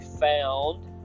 found